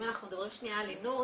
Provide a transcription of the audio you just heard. אם אנחנו מדברים על אינוס,